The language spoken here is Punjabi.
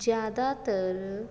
ਜ਼ਿਆਦਾਤਰ